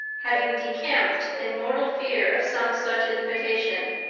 having decamped in mortal fear of some such invitation.